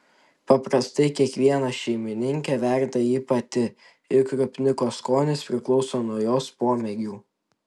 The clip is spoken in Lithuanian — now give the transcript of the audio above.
paprastai kiekviena šeimininkė verda jį pati ir krupniko skonis priklauso nuo jos pomėgių